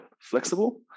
flexible